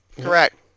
correct